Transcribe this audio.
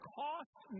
cost